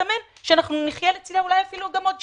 מסתמן שנחיה לצידה אולי אפילו עוד שנים.